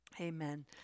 Amen